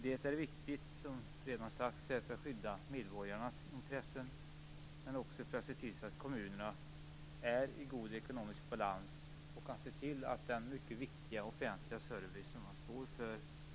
Det är viktigt, som redan sagts, för att skydda medborgarnas intressen, men också för att se till att kommunerna är i god ekonomisk balans och verkligen på ett bra sätt kan sköta den mycket viktiga offentliga service de står för.